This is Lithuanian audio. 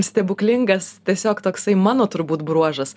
stebuklingas tiesiog toksai mano turbūt bruožas